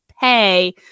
pay